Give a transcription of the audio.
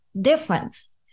Difference